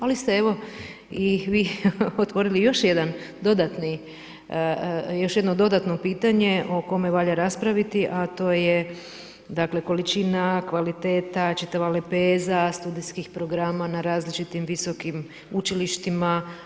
Ali ste evo i vi otvorili još jedan dodatni, još jedno dodatno pitanje o kome valja raspraviti a to je dakle količina, kvaliteta, čitava lepeza studijskih programa na različitim visokim učilištima.